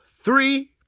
three